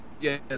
yes